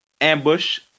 ambush